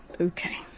Okay